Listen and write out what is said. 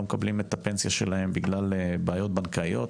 מקבלים את הפנסיה שלהם בגלל בעיות בנקאיות,